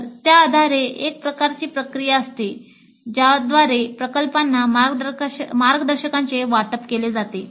तर त्या आधारे एक प्रकारची प्रक्रिया आहे ज्याद्वारे प्रकल्पांना मार्गदर्शकांचे वाटप केले जाते